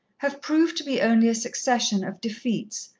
have proved to be only a succession of defeats,